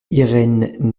irène